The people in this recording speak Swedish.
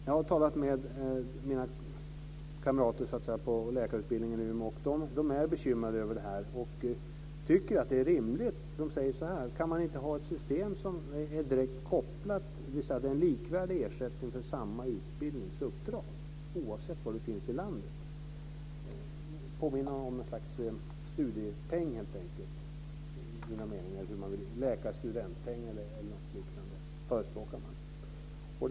Jag har talat med kamrater på läkarutbildningen i Umeå. De är bekymrade över det här och funderar över vad som är rimligt. De säger så här: Kan man inte ha ett system som har en direkt koppling, en likvärdig ersättning för samma utbildningsuppdrag, dvs. oavsett var vi finns i landet får vi något slags studiepeng, läkarstudentpeng eller något liknande? Det förespråkar man.